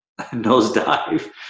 nosedive